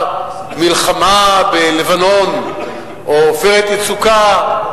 נאמר במלחמת לבנון או ב"עופרת יצוקה",